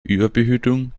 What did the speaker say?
überbehütung